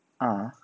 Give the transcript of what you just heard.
uh